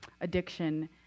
addiction